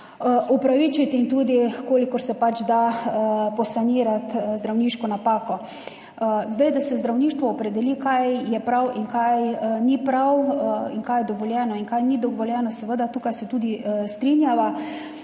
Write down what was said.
opravičiti in tudi, kolikor se pač da, sanirati zdravniško napako. Da se zdravništvo opredeli, kaj je prav in kaj ni prav in kaj je dovoljeno in kaj ni dovoljeno, seveda, tukaj se tudi strinjava.